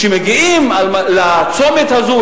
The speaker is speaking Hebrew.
כשמגיעים לצומת הזה,